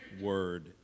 word